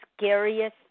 scariest